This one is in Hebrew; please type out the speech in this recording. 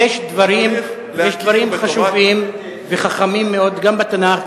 יש דברים חשובים וחכמים מאוד גם בתנ"ך,